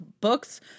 Books